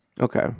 Okay